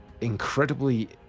incredibly